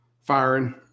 firing